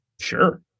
Sure